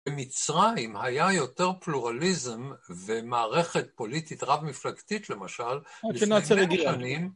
במצרים היה יותר פלורליזם ומערכת פוליטית רב-מפלגתית, למשל, עד שנאצר הגיע לפני מאה שנים